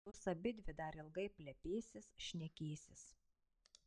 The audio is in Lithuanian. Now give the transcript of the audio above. jos abidvi dar ilgai plepėsis šnekėsis